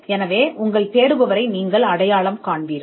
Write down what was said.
எனவே உங்கள் தேடுபவரை நீங்கள் அடையாளம் காண்பீர்கள்